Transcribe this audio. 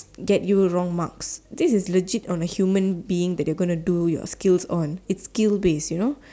get you wrong mark this is legit on a human being that you are gonna do your skills on it's skill based you know